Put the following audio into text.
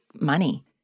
money